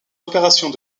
opérations